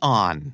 on